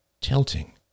tilting